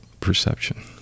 perception